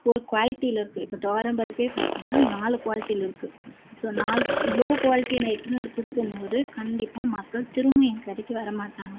ஒரு குவாலிட்டியில் இருக்குது இப்போ துவரம் பருப்பே பார்த்தீங்கன்னா நாலு குவாலிட்டியில் இருக்குது ஸோ நாலு லோ குவாலிட்டி நான் எடுத்துன்னு வந்து கொடுக்கம்போது கண்டிப்பாக மக்கள் திரும்ப என் கடைக்கு வர மாட்டாங்க